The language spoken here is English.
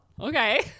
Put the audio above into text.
Okay